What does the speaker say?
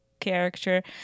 character